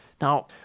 Now